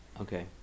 Okay